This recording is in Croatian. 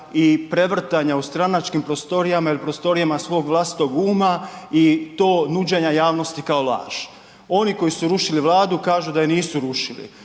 i prevrtanja u stranačkim prostorijama ili prostorijama svog vlastitog uma i to nuđenja javnosti kao laž. Oni koji usu rušili Vladu kažu da ju nisu rušili,